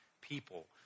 people